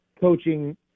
coaching